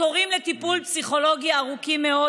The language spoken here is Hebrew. התורים לטיפול פסיכולוגי ארוכים מאוד,